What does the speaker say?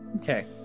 Okay